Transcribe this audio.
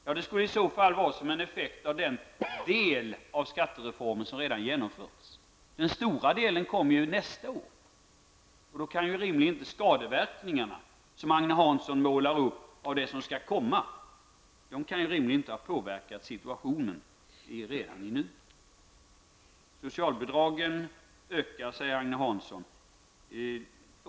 Ja, det skulle i så fall vara som en effekt av den del av skattereformen som redan genomförts. Den stora delen kommer ju nästa år, och de skadeverkningar som Agne Hansson målar upp av det som skall komma -- de kan ju rimligen inte ha påverkat situationen redan i nuet. Socialbidragen ökar, säger Agne Hansson.